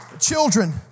Children